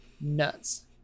nuts